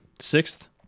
sixth